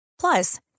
Plus